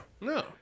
No